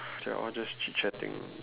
they are all just chitchatting